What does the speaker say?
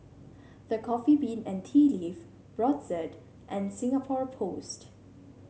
The Coffee Bean and Tea Leaf Brotzeit and Singapore Post